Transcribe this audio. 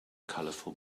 colorful